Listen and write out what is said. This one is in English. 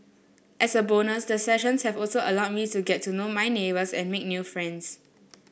as a bonus the sessions have also allowed me to get to know my neighbours and make new friends